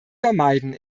vermeiden